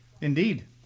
indeed